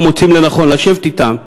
לא מוצאים לנכון לשבת אתם,